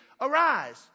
Arise